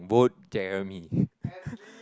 vote Jeremy